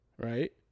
right